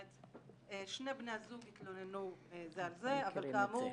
אומרת, שני בני הזוג התלוננו זה על זה אבל כאמור